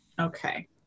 Okay